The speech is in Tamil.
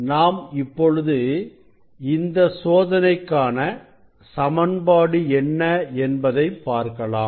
நாம் இப்பொழுது இந்த சோதனைக்கான சமன்பாடு என்ன என்பதை பார்க்கலாம்